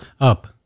up